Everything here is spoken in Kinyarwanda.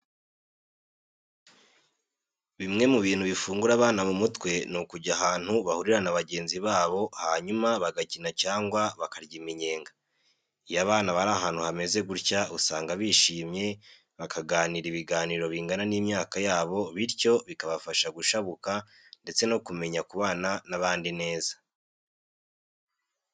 Bimwe mu bintu bifungura abana mu mutwe ni ukujya ahantu bahurira na bagenzi babo hanyuma bagakina cyangwa bakarya iminyenga. Iyo abana bari ahantu hameze gutya usanga bishimye, bakaganira ibiganiro bingana n'imyaka yabo bityo bikabafasha gushabuka ndetse no kumenya kubana n'abandi neza.